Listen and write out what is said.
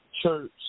church